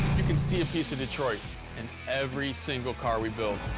you can see a piece of detroit in every single car we build.